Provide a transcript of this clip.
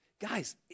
Guys